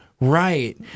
Right